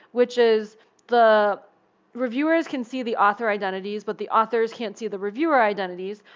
which is the reviewers can see the author identities, but the authors can't see the reviewer identities,